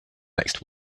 next